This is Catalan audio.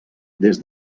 des